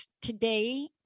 today